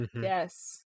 Yes